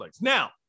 now